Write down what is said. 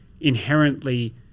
inherently